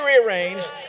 rearranged